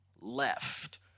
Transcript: left